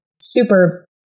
super